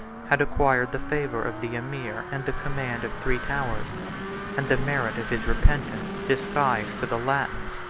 had acquired the favor of the emir and the command of three towers and the merit of his repentance disguised to the latins,